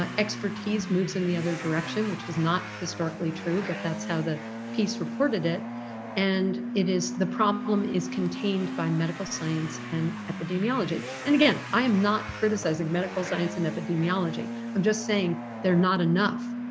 ah expertise moves in the other direction which was not historically true but that's how the piece reported it and it is the problem is contained by medical science and epidemiology. and again i am not criticising medical science and epidemiology. i'm just saying they're not enough,